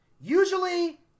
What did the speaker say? Usually